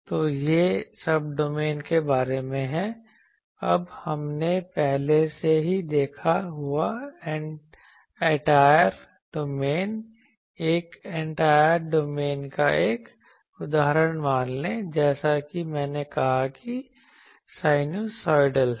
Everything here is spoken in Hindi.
तो यह सब्डोमेन के बारे में है अब हमने पहले से ही देखा हुआ एंटायर डोमेन एक एंटायर डोमेन का एक उदाहरण मान लें जैसा कि मैंने कहा कि साइनूसोइडल है